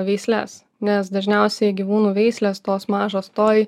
veisles nes dažniausiai gyvūnų veislės tos mažos toi